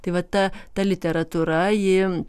tai va ta ta literatūra ji